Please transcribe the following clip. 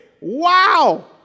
wow